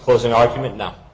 closing argument no